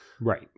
Right